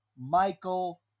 Michael